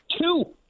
Two